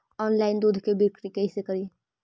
Online दुध के बिक्री कैसे करि?